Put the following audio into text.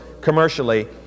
commercially